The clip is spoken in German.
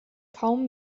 kaum